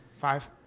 Five